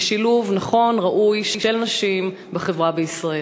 של נשים בחברה בישראל.